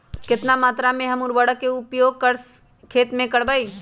कितना मात्रा में हम उर्वरक के उपयोग हमर खेत में करबई?